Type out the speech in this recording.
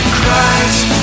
Christ